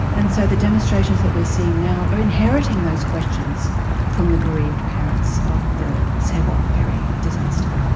and so the demonstrations that we are seeing now are inheriting those questions from the bereaved parents of the sewol ferry disaster.